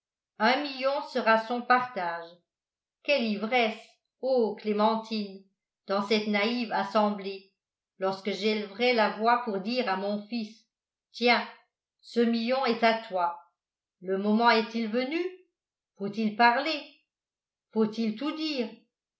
un million sera son partage quelle ivresse ô clémentine dans cette naïve assemblée lorsque j'élèverai la voix pour dire à mon fils tiens ce million est à toi le moment est-il venu faut-il parler faut-il tout dire